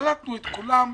קלטנו את כולם,